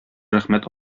рәхмәт